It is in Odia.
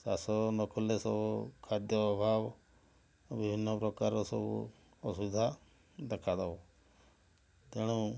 ଚାଷ ନକଲେ ସବୁ ଖାଦ୍ୟ ଅଭାବ ବିଭିନ୍ନ ପ୍ରକାରର ସବୁ ଅସୁବିଧା ଦେଖା ଦେବ ତେଣୁ